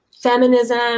Feminism